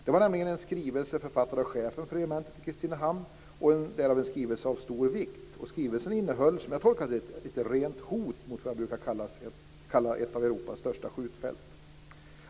Det var nämligen en skrivelse författad av chefen för regementet i Kristinehamn och därmed en skrivelse av stor vikt. Skrivelsen innehöll, som jag tolkade den, ett rent hot mot vad jag brukar kalla ett av Europas största skjutfält.